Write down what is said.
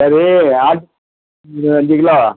சரி ஆட் அஞ்சு கிலோ